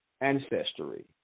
ancestry